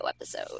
episode